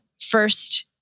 first